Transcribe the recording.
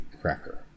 cracker